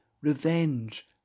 revenge